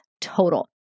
total